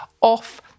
off